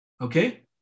okay